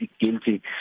guilty